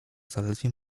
zaledwie